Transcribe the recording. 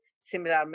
similar